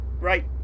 right